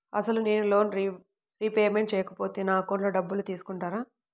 అసలు నేనూ loan repayment చేయకపోతే నా అకౌంట్లో డబ్బులు తీసుకుంటారా?